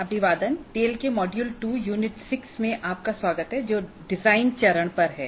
अभिवादन टेल के मॉड्यूल 2 यूनिट 6 में आपका स्वागत है जो डिजाइन चरण पर है